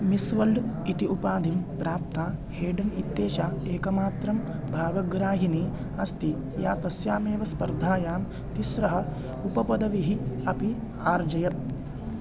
miss World इति उपाधिं प्राप्ता हेडन् इत्येषा एकमात्रं भागग्राहिणी अस्ति या तस्यामेव स्पर्धायां तिस्रः उपपदवीः अपि आर्जयत्